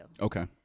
Okay